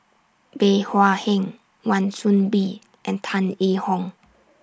Bey Hua Heng Wan Soon Bee and Tan Yee Hong